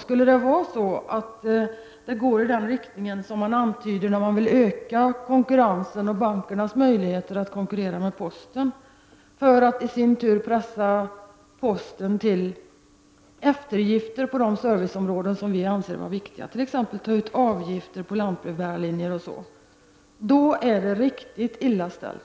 Skulle utvecklingen gå i den riktning som antyds då man vill öka konkurrensen och bankernas möjligheter att konkurrera med posten för att i sin tur pressa posten till eftergifter på de serviceområden som vi anser vara viktiga, t.ex. ta ut avgifter på lantbrevbärarlinjer m.m., är det riktigt illa ställt.